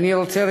אני רוצה,